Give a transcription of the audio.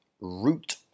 root